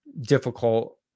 difficult